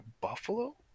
Buffalo